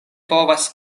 povas